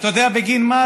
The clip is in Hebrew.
אתה יודע בגין מה,